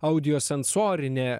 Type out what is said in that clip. audio sensorinė